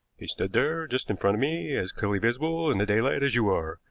he stood there just in front of me, as clearly visible in the daylight as you are,